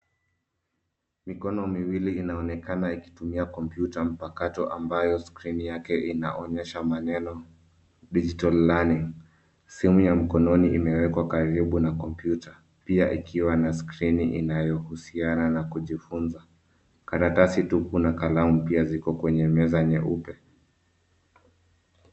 Mikono miwili inaonekana ikitumia kompyuta mpakato ambayo skrini yake inaonyesha maneno cs[digital learning]cs. Simu ya mkononi imewekwa karibu na kompyuta pia ikiwa na skrini inayohusiana na kujifunza.